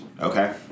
okay